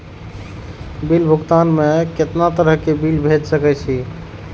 Bill भुगतान में कितना तरह के बिल भेज सके छी?